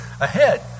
ahead